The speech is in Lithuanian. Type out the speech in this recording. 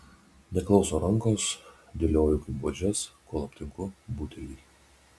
neklauso rankos dėlioju kaip buožes kol aptinku butelį